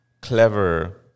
clever